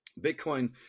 Bitcoin